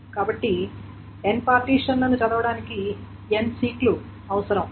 కాబట్టి n పార్టిషన్లను చదవడానికి n సీక్ లు అవసరం